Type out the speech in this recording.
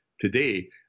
today